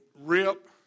rip